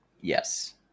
Yes